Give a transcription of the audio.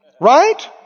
Right